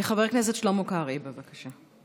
חבר הכנסת שלמה קרעי, בבקשה.